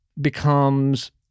becomes